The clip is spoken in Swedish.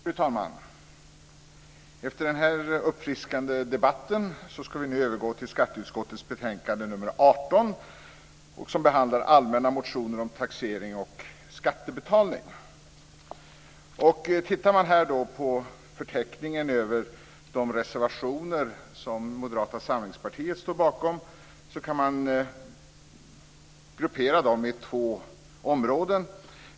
Fru talman! Efter den här uppfriskande debatten ska vi nu övergå till skatteutskottets betänkande nr 18, som behandlar allmänna motioner om taxering och skattebetalning. När man tittar på förteckningen över de reservationer som Moderata samlingspartiet står bakom finner man att de kan grupperas i två områden.